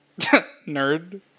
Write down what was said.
Nerd